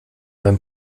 beim